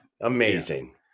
Amazing